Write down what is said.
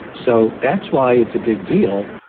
so that's why it's a big deal.